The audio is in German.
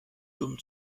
dumm